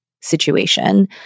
situation